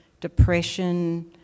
depression